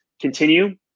Continue